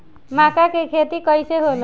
मका के खेती कइसे होला?